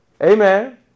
amen